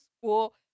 school